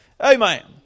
Amen